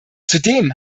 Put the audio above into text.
zudem